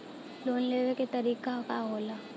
Loan लेवे क तरीकाका होला?